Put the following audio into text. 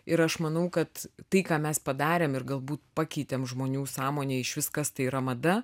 ir aš manau kad tai ką mes padarėm ir galbūt pakeitėm žmonių sąmonėj išvis kas tai yra mada